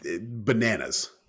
bananas